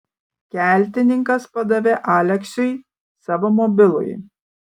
keltininkas padavė aleksiui savo mobilųjį